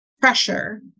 pressure